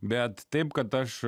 bet taip kad aš